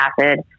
acid